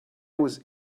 was